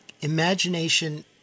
imagination